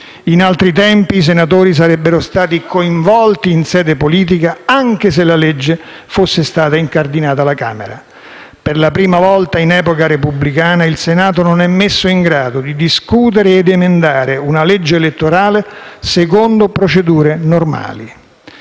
in altri tempi, i senatori sarebbero stati coinvolti in sede politica anche se la legge fosse stata incardinata alla Camera. Per la prima volta in epoca repubblicana il Senato non è messo in grado di discutere ed emendare una legge elettorale secondo procedure normali.